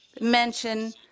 mention